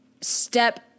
step